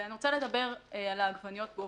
ואני רוצה לדבר על העגבניות באופן ספציפי.